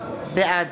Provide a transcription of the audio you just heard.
בעד